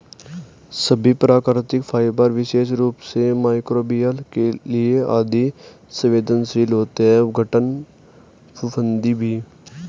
सभी प्राकृतिक फाइबर विशेष रूप से मइक्रोबियल के लिए अति सवेंदनशील होते हैं अपघटन, फफूंदी भी